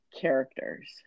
characters